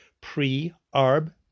Pre-Arb